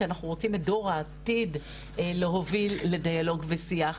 כי אנחנו רוצים את דור העתיד להוביל לדיאלוג ושיח.